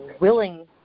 willing